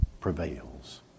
prevails